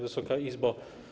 Wysoka Izbo!